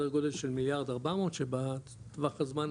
גודל של 1.400 מיליארד שבטווח הזמן המיידי,